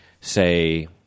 say